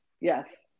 Yes